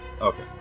Okay